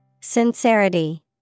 Sincerity